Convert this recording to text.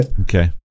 Okay